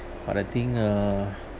but I think uh